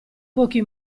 pochi